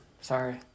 sorry